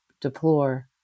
deplore